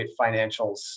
financials